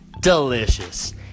delicious